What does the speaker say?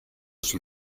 sul